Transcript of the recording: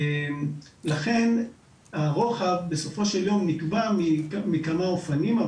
לכן הרוחב בסופו של יום נקבע מכמה אופנים.